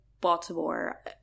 Baltimore